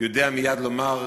יודע מייד לומר: